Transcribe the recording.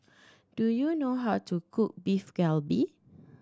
do you know how to cook Beef Galbi